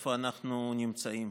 איפה אנחנו נמצאים,